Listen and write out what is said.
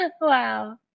Wow